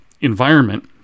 environment